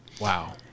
Wow